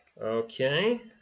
Okay